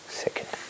second।